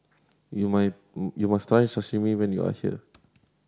you may you must try Sashimi when you are here